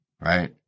Right